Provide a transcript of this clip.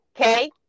Okay